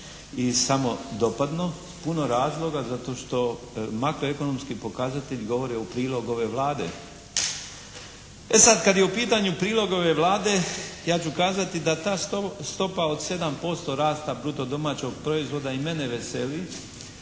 i samodopadno, puno razloga zato što makroekonomski pokazatelji govore u prilog ove Vlade. E sad kad je u pitanju prilog ove Vlade ja ću kazati da ta stopa od 7% rasta bruto domaćeg proizvoda i mene veseli.